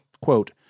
quote